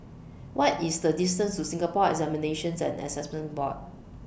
What IS The distance to Singapore Examinations and Assessment Board